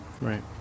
Right